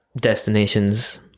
destinations